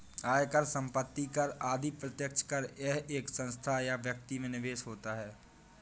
आयकर, संपत्ति कर आदि प्रत्यक्ष कर है यह एक संस्था या व्यक्ति में निहित होता है